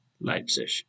Leipzig